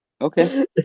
Okay